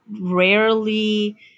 rarely